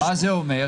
שנייה, מה זה אומר?